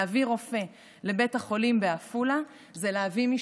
להביא רופא לבית החולים בעפולה זה להביא משפחה,